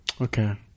Okay